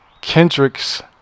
Kendrick's